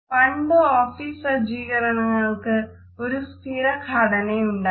പണ്ട് ഓഫീസ് സജ്ജീകരണങ്ങൾക്ക് ഒരു സ്ഥിരഘടനയുണ്ടായിരുന്നു